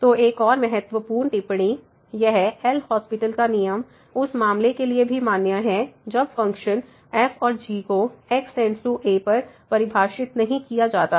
तो एक और महत्वपूर्ण टिप्पणी यह एल हास्पिटलLHospital का नियम उस मामले के लिए भी मान्य है जब फ़ंक्शन f और g को x→a पर परिभाषित नहीं किया जाता है